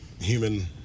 human